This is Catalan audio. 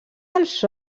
els